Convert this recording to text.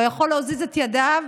לא יכול להזיז את ידיו,